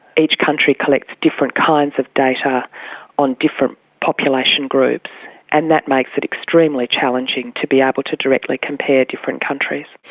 each country collects different kinds of data on different population groups and that makes it extremely challenging to be able to directly compare different countries.